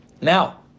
Now